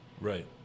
Right